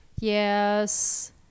Yes